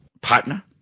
Partner